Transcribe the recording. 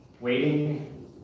waiting